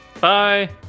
Bye